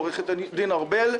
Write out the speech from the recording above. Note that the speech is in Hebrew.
עורכת הדין ארבל,